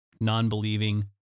non-believing